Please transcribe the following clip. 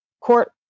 court